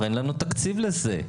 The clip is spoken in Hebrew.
אין לנו תקציב לזה.